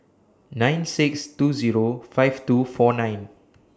nine six two Zero five two four nine